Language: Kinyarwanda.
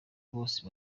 bose